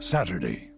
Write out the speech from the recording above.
Saturday